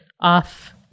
off